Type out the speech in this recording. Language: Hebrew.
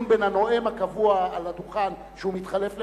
בין הנואם הקבוע על הדוכן שהוא מתחלף,